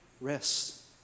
rest